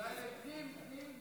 לוועדת הפנים.